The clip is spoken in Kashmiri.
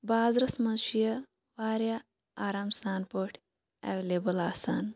بازرَس مَنٛز چھُ یہِ واریاہ آرام سان پٲٹھۍ اٮ۪ویلیبٕل آسان